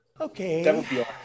Okay